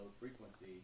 frequency